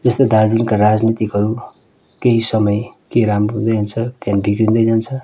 जस्तै दार्जिलिङका राजनीतिकहरू केही समय केही राम्रो हुँदै जान्छ त्यहाँदेखि बिग्रिँदै जान्छ